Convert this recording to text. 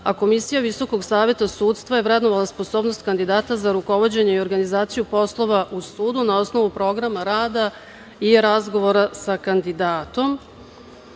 Komisija Visokog saveta sudstva je vrednovala sposobnost kandidata za sprovođenje i organizaciju poslova u sudu na osnovu programa rada i razgovora sa kandidatom.U